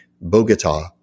Bogota